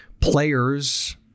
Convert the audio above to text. players